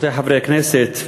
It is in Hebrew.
רבותי חברי הכנסת,